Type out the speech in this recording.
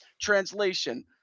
Translation